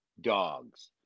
dogs